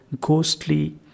ghostly